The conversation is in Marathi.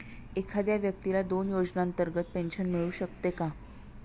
एखाद्या व्यक्तीला दोन योजनांतर्गत पेन्शन मिळू शकते का?